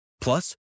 Plus